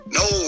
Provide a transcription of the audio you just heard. no